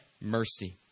mercy